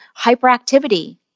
hyperactivity